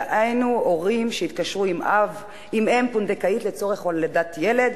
דהיינו הורים שהתקשרו עם אם פונדקאית לצורך הולדת ילד,